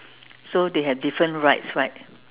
so they have different rides right